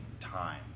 time